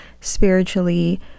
spiritually